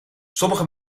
sommige